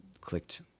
clicked